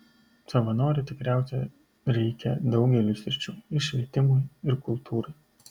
savanorių tikriausiai reikia daugeliui sričių ir švietimui ir kultūrai